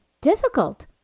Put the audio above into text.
difficult